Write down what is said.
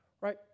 right